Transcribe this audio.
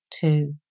two